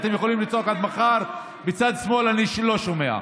אתם יכולים לצעוק עד מחר, מצד שמאל אני לא שומע.